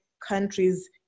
countries